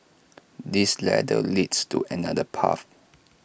this ladder leads to another path